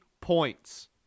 points